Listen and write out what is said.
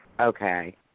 Okay